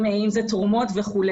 אם זה תרומות וכו',